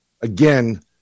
Again